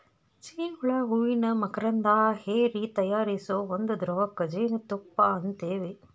ಜೇನ ಹುಳಾ ಹೂವಿನ ಮಕರಂದಾ ಹೇರಿ ತಯಾರಿಸು ಒಂದ ದ್ರವಕ್ಕ ಜೇನುತುಪ್ಪಾ ಅಂತೆವಿ